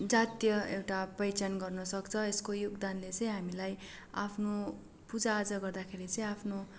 जातीय एउटा पहिचान गर्न सक्छ यसको योगदानले चाहिँ हामीलाई आफ्नो पूजाआजा गर्दाखेरि चाहिँ आफ्नो